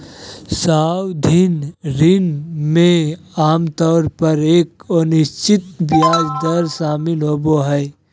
सावधि ऋण में आमतौर पर एक अनिश्चित ब्याज दर शामिल होबो हइ